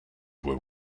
were